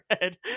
red